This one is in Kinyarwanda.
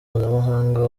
mpuzamahanga